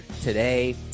today